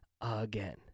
again